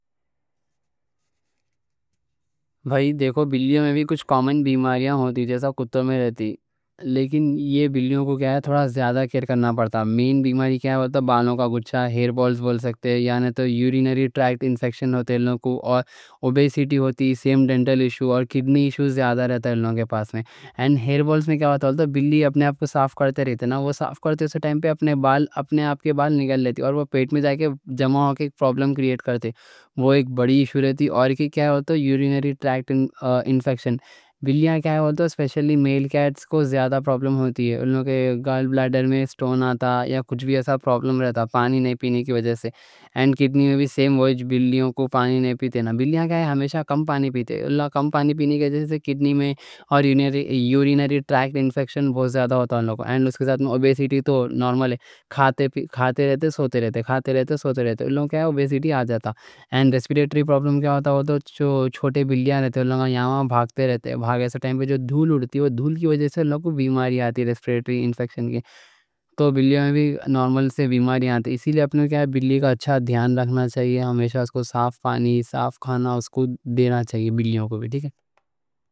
بھائی دیکھو، بلیوں میں بھی کچھ کامَن بیماریاں ہوتی، جیسا کتوں میں رہتی۔ لیکن بلیوں کو کیا ہے، تھوڑا زیادہ کئیر کرنا پڑتا۔ مین بیماری کیا ہے؟ بالوں کا گچھا، ہیئر بالز بول سکتے، یعنی بلی اپنے آپ کو صاف کرتے رہتے ہیں، اس وقت اپنے بال نگل لیتے ہیں۔ وہ بال پیٹ میں جا کے جمع ہو کے ایک پرابلم کریئیٹ کرتے، وہ ایک بڑی ایشو رہتی۔ اور کیا ہوتا؟ یورینری ٹریکٹ انفیکشن رہتا، اسپیشلی میل کیٹس کو زیادہ پرابلم رہتی، انہوں کے گال بلیڈر میں اسٹون آتا یا کچھ بھی ایسا پرابلم رہتا، پانی نہیں پینے کی وجہ سے۔ کیڈنی میں بھی، بلیاں کیا، ہمیشہ کم پانی پیتے، کم پانی پینے کی وجہ سے کیڈنی میں اور یورینری ٹریکٹ انفیکشن بہت زیادہ ہوتا انہوں کو۔ ڈینٹل ایشو اور کیڈنی ایشو بھی زیادہ رہتا۔ چاہیے کائیں یورینری چاہیے ایسا کہتے۔ اور اس کے ساتھ اوبیسیٹی تو نارمل ہے کھاتے رہتے، سوتے رہتے، کھاتے رہتے، سوتے رہتے، انہوں کو اوبیسیٹی آ جاتا۔ ریسپیریٹری پرابلم کیا ہوتا ہوتا ہے، وہ تو چھوٹے بلیاں رہتے، یہاں بھاگتے رہتے، ایسا ٹائم پر جو دھول اڑتی، وہ دھول کی وجہ سے انہوں کو بیماری آتی، ریسپیریٹری انفیکشن کے۔ تو بلیوں میں بھی نارمل سی بیماریاں آتی، اسی لیے اپنے کو بلیے کا اچھا دھیان رکھنا چاہیے، ہمیشہ اس کو صاف پانی، صاف کھانا دینا چاہیے، بلیوں کو بھی ٹھیک ہے۔